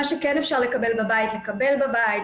מה שכן אפשר לקבל בבית לקבל בבית,